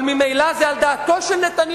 אבל ממילא זה על דעתו של נתניהו".